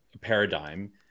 paradigm